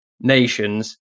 nations